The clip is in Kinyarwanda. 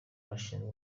bashinzwe